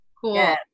Cool